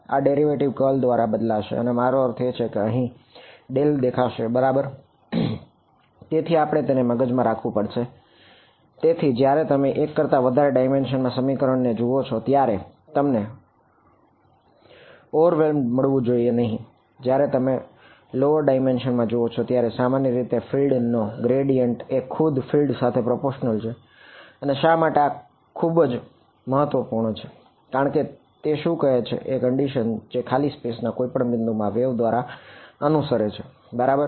આ ડેરિવેટિવ દ્વારા અનુસરે છે બરાબર